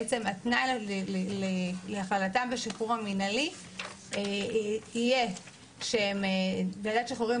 התנאי להכללתם בשחרור המינהלי יהיה שוועדת שחרורים